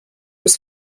was